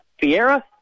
Fiera